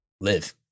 live